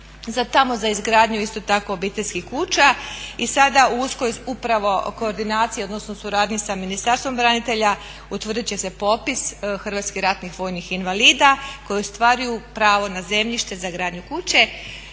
tamo za izgradnju isto tako obiteljskih kuća i sada u uskoj upravo koordinaciji odnosno suradnji sa Ministarstvom branitelja utvrdit će se popis HRVI-a koji ostvaruju pravo na zemljište za gradnju kuće.